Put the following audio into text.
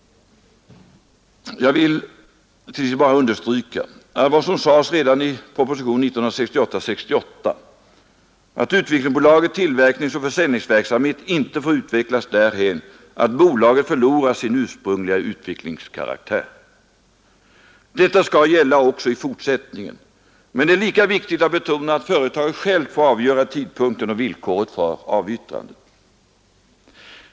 Jag vill till sist bara understryka vad som sades redan i propositionen 68 år 1968, nämligen att Utvecklingsbolagets tillverkningsoch försäljningsverksamhet inte får utvecklas därhän att bolaget förlorar sin ursprungliga utvecklingskaraktär. Detta skall gälla också i fortsättningen. Men det är lika viktigt att betona att företaget självt får avgöra tidpunkten och villkoren för avyttrandet.